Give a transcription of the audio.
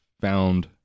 found